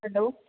hello